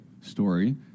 story